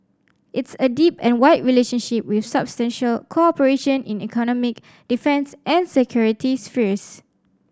it's a deep and wide relationship with substantial cooperation in economic defence and security spheres